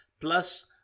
plus